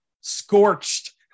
scorched